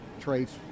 traits